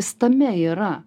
jis tame yra